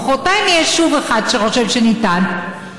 מוחרתיים יהיה שוב אחד שחושב שניתן.